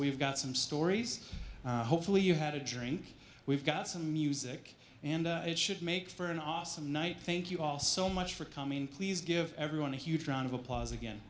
we've got some stories hopefully you had a drink we've got some music and it should make for an awesome night thank you all so much for coming in please give everyone a huge round of applause again